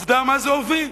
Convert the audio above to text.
עובדה, למה זה הוביל.